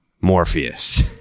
Morpheus